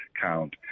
count